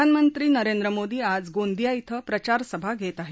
प्रधानमंत्री नरेंद्र मोदी आज गोंदिया इथं प्रचारसभा घेत आहेत